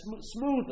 smoother